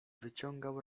wyciągał